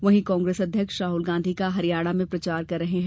वहीं कांग्रेस अध्यक्ष राहुल गांधी का हरियाणा में प्रचार कर रहे हैं